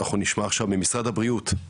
אנחנו נשמע עכשיו ממשרד הבריאות,